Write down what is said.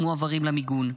מועברים למיגון.